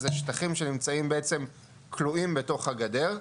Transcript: זה שטחים שכלואים בעצם בתוך הגדר,